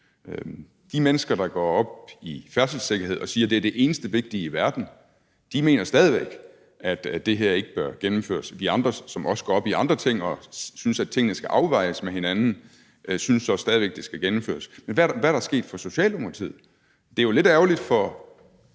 De mennesker, der går op i færdselssikkerhed, og som siger, at det er det eneste vigtige i verden, mener stadig væk, at det her ikke bør gennemføres, mens vi andre, der også går op i andre ting, og som synes, at tingene skal afvejes, stadig væk synes, at det skal gennemføres. Men hvad er der sket i Socialdemokratiet? Det er jo lidt ærgerligt,